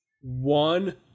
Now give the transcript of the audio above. One